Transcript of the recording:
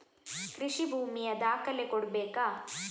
ಕೃಷಿ ಭೂಮಿಯ ದಾಖಲೆ ಕೊಡ್ಬೇಕಾ?